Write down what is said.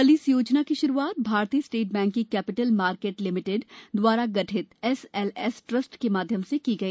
कल इस योजना की शुरुआत भारतीय स्टेट बैंक की कैपिटल मार्केट लिमिटेड द्वारा गठित एसएलएस ट्रस्ट के माध्यम से की गई